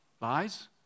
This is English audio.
Lies